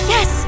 Yes